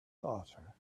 daughter